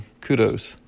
kudos